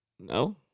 No